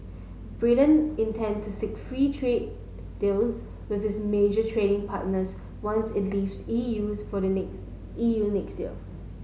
Britain intend to seek free trade deals with its major trading partners once it leaves E U S for the next E U next year